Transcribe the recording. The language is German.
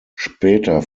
später